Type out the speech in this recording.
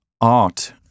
art